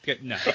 no